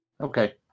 Okay